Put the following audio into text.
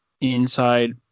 inside